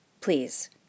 please